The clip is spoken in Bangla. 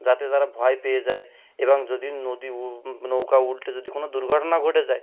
যাতে তারা ভয় পেয়ে যায় এবং যদি নদী নৌকা উল্টে যদি কোনো দুর্ঘটনা ঘটে যায়